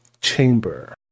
chamber